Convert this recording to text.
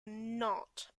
not